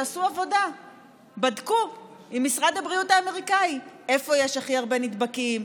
שעשו שם עבודה ובדקו עם משרד הבריאות האמריקאי איפה יש הכי הרבה נדבקים,